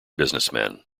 businessman